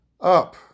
up